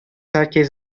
herkes